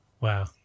Wow